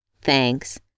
Thanks